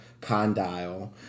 condyle